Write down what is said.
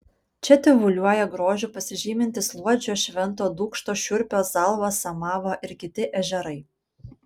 čia tyvuliuoja grožiu pasižymintys luodžio švento dūkšto šiurpio zalvo samavo ir kiti ežerai